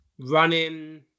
Running